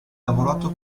lavorato